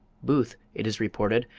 booth, it is reported,